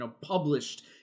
published